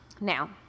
Now